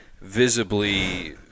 visibly